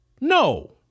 No